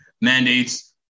mandates